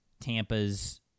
Tampa's